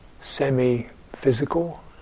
semi-physical